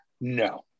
no